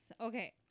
Okay